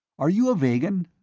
are you a vegan?